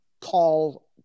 call